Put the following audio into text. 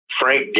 Frank